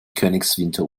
königswinter